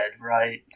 right